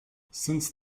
since